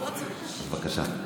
בבקשה.